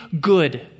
good